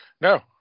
no